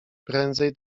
prędzej